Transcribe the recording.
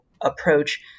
approach